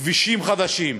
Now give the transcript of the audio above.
כבישים חדשים,